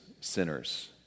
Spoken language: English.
sinners